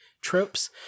tropes